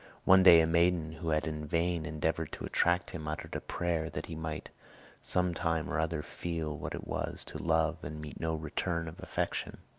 one day a maiden who had in vain endeavored to attract him uttered a prayer that he might some time or other feel what it was to love and meet no return of affection.